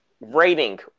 rating